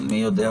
אבל מי יודע?